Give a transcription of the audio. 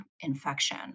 infection